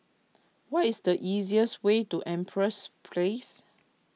what is the easiest way to Empress Place